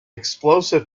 explosive